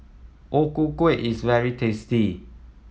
O Ku Kueh is very tasty